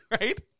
right